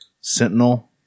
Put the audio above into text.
Sentinel